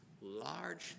large